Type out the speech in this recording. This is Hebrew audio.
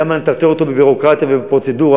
למה נטרטר אותו בביורוקרטיה ובפרוצדורה?